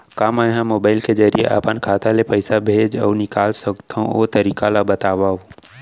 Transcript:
का मै ह मोबाइल के जरिए अपन खाता ले पइसा भेज अऊ निकाल सकथों, ओ तरीका ला बतावव?